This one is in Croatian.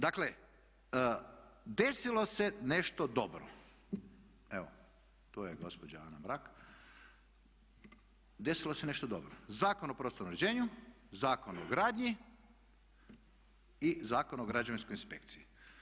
Dakle desilo se nešto dobro, evo, tu je gospođa Anka Mrak, desilo se nešto dobro, Zakon o prostornom uređenju, Zakon o gradnji i Zakon o građevinskoj inspekciji.